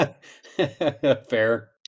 Fair